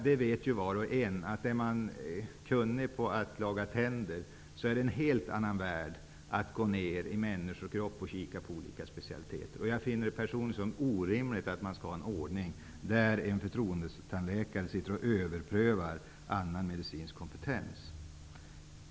Som bekant är det för den som lagar tänder en helt annan värld som öppnar sig när man går in på andra specialiteter som gäller människokroppen. Jag finner det personligen orimligt med en ordning där en förtroendetandläkare överprövar annan medicinsk kompetens.